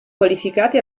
qualificati